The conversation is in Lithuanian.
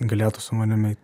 galėtų su manimi